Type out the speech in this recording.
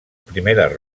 primeres